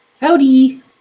Howdy